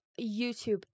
YouTube